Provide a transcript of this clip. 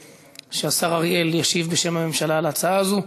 שהשר אריאל ישיב בשם הממשלה על ההצעה הזאת.